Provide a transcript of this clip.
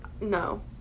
no